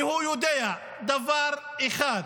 כי הוא יודע דבר אחד: